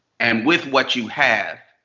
and with what you have.